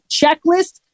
checklist